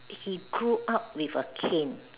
he grew up with a cane